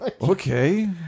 Okay